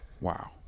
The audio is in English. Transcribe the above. Wow